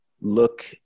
look